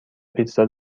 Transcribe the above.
پیتزا